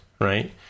right